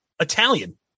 Italian